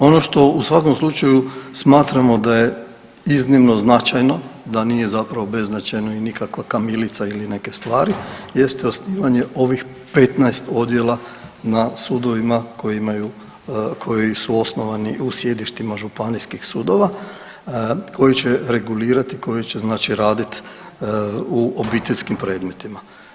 Ono što u svakom slučaju smatramo da je iznimno značajno da nije zapravo beznačajno i nikakva kamilica ili neke stvari jeste osnivanje ovih 15 odjela na sudovima koji imaju, koji su osnovani u sjedištima županijskih sudova koji će regulirat i koji će znači radit u obiteljskim predmetima.